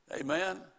Amen